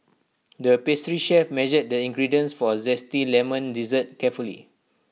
the pastry chef measured the ingredients for Zesty Lemon Dessert carefully